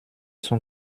son